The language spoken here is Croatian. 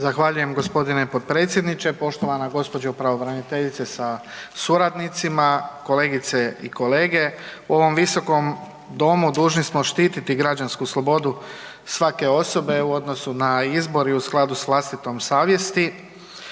Zahvaljujem gospodine potpredsjedniče. Poštovana gospođo pravobraniteljice sa suradnicima, kolegice i kolege u ovom visokom domu dužni smo štiti građansku slobodu svake osobe u odnosu na izbor i u skladu s vlastitom savjesti.